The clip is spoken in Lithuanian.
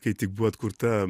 kai tik buvo atkurta